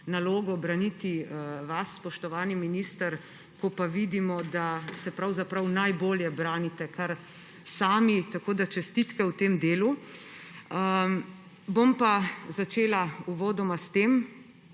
nalogo braniti vas, spoštovani minister, ko pa vidimo, da se najbolje branite kar sami, tako da čestitke v tem delu. Bom pa začela uvodoma s tem,